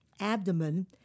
abdomen